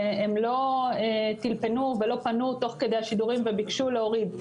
והם לא טלפנו ולא פנו תוך כדי השידורים וביקשו להוריד.